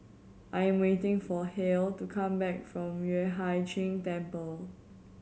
I am waiting for Halle to come back from Yueh Hai Ching Temple